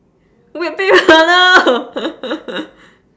whip people no